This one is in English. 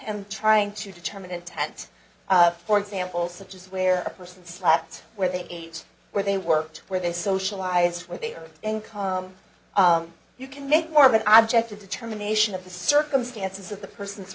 and trying to determine intent for example such as where a person slapped where they ate where they worked where they socialize with their income you can make more of an object a determination of the circumstances of the person's